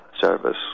service